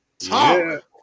talk